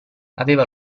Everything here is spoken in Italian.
aveva